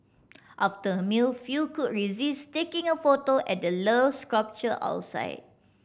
after a meal few could resist taking a photo at the Love sculpture outside